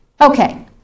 Okay